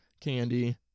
candy